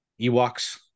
Ewoks